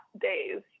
days